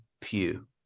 pew